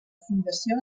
fundació